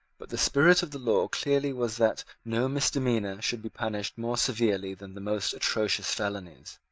but the spirit of the law clearly was that no misdemeanour should be punished more severely than the most atrocious felonies.